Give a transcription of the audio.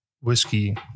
whiskey